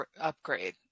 upgrade